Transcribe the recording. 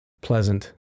pleasant